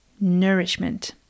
nourishment